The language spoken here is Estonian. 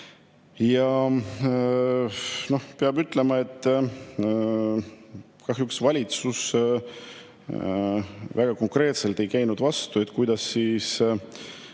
Peab ütlema, et kahjuks valitsus väga konkreetselt ei vastanud, kuidas see